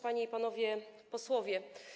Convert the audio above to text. Panie i Panowie Posłowie!